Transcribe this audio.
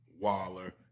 Waller